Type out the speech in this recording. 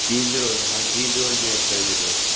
चीज़ roll हा cheese roll बि add करे छॾियोसि